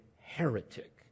heretic